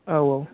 औ औ